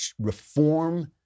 reform